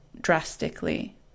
drastically